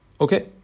Okay